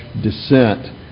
descent